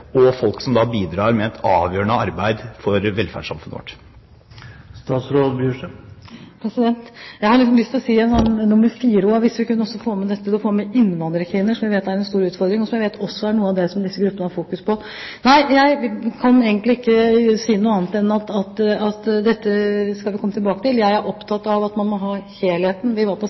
og folk som bidrar med et avgjørende arbeid for velferdssamfunnet vårt. Jeg har lyst til å nevne et nummer fire også: å få med innvandrerkvinner, noe vi vet er en stor utfordring, og som jeg vet også er noe av det som disse gruppene har fokus på. Jeg kan egentlig ikke si noe annet enn at vi skal komme tilbake til dette. Jeg er opptatt av at man må ha helheten. Vi